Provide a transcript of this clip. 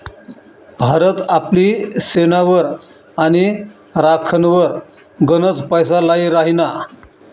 भारत आपली सेनावर आणि राखनवर गनच पैसा लाई राहिना